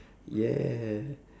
ya